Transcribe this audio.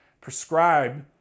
prescribed